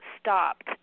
stopped